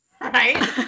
Right